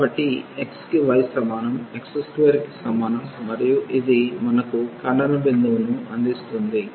కాబట్టి x కి y సమానం x2కి సమానం మరియు ఇది మనకు ఖండన బిందువును అందిస్తుంది